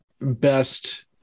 best